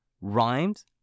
rhymes